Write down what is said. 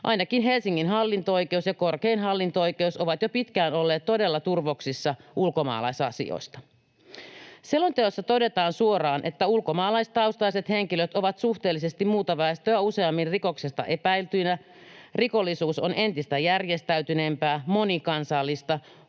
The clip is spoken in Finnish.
Ainakin Helsingin hallinto-oikeus ja korkein hallinto-oikeus ovat jo pitkään olleet todella turvoksissa ulkomaalaisasioista. Selonteossa todetaan suoraan, että ulkomaalaistaustaiset henkilöt ovat suhteellisesti muuta väestöä useammin rikoksesta epäiltyinä. Rikollisuus on entistä järjestäytyneempää, monikansallista,